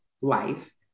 life